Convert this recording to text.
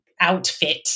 outfit